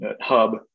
hub